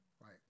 Right